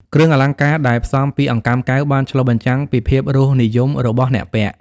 គ្រឿងអលង្ការដែលផ្សំពីអង្កាំកែវបានឆ្លុះបញ្ចាំងពីរសនិយមរបស់អ្នកពាក់។